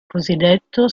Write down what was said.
cosiddetto